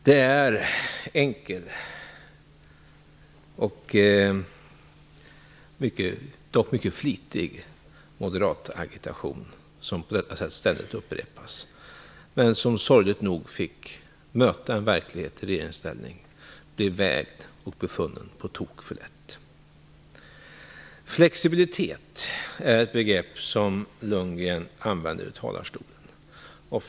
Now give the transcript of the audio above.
Det är en enkel men mycket flitig moderat agitation som här ständigt upprepas. Den fick sorgligt nog möta en verklighet i regeringsställning. Den agitationen är vägd och befunnen på tok för lätt. Flexibilitet är ett begrepp som Bo Lundgren använder från sin talarstol.